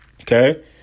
okay